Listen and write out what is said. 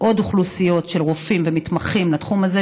עוד אוכלוסיות של רופאים ומתמחים לתחום הזה,